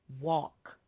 walk